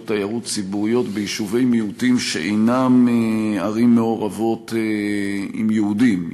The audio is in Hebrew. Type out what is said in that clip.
תיירות ציבוריות ביישובי מיעוטים שאינם ערים מעורבות עם יהודים,